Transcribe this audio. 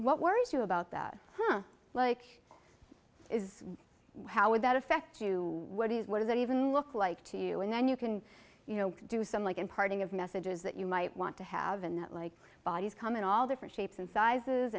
what worries you about that like is how would that affect you what is what does that even look like to you and then you can you know do some like imparting of messages that you might want to have and that like bodies come in all different shapes and sizes